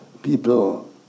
people